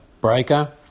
Breaker